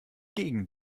gegen